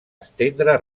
estendre